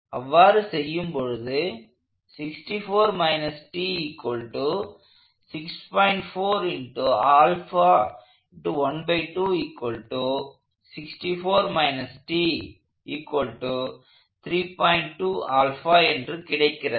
அவர் செய்யும் பொழுது என்று கிடைக்கிறது